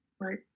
Right